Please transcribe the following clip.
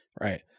right